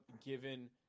given –